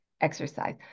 exercise